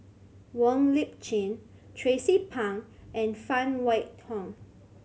Wong Lip Chin Tracie Pang and Phan Wait Hong